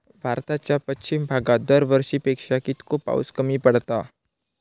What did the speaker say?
भारताच्या पश्चिम भागात दरवर्षी पेक्षा कीतको पाऊस कमी पडता?